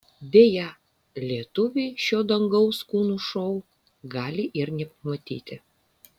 deja lietuviai šio dangaus kūnų šou gali ir nepamatyti